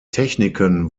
techniken